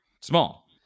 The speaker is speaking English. Small